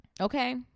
Okay